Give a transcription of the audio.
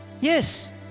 Yes